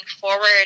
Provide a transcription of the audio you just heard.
forward